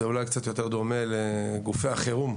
זה קצת יותר דומה, אולי, לגופי החירום,